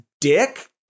dick